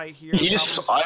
Yes